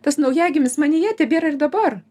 tas naujagimis manyje tebėra ir dabar